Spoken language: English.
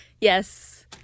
Yes